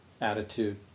attitude